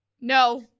no